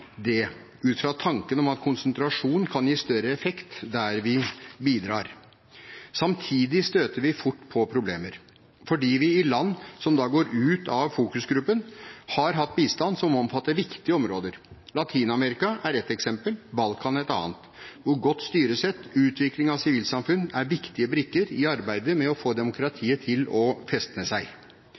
ut fra tanken om at konsentrasjon kan gi større effekt der vi bidrar. Samtidig støter vi fort på problemer fordi vi i land som da går ut av fokusgruppen, har hatt bistand som omfatter viktige områder – Latin-Amerika er et eksempel, Balkan et annet – og godt styresett og utvikling av sivilsamfunn er viktige brikker i arbeidet med å få demokratiet til å festne seg.